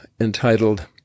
entitled